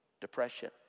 depression